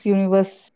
Universe